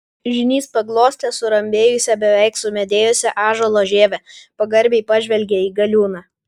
žynys paglostė surambėjusią beveik sumedėjusią ąžuolo žievę pagarbiai pažvelgė į galiūną